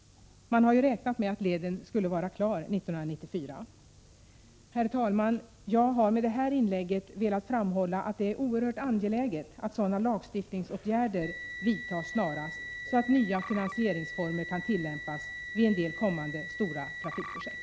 Man har ju räknat med att leden skulle vara klar 1994. Herr talman! Jag har med det här inlägget velat framhålla att det är oerhört angeläget att sådana lagstiftningsåtgärder snarast vidtas, att nya finansieringsformer kan tillämpas vid en del kommande stora trafikprojekt.